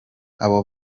abo